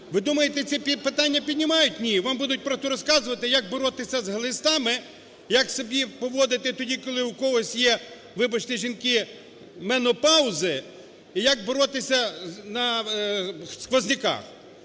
Ви думаєте це питання піднімають? Ні, вам будуть розказувати як боротися з глистами, як собі поводити тоді, коли у когось є, вибачте, жінки, менопаузи і як боротися зі сквозняками.